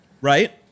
right